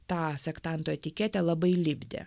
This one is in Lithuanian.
tą sektanto etiketę labai lipdė